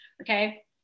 okay